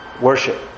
worship